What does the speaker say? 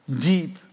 deep